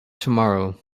tomorrow